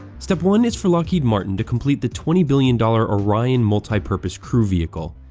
step one is for lockheed martin to complete the twenty billion dollars orion multi-purpose crew vehicle.